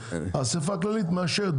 האספה הכללית מאשרת,